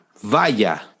vaya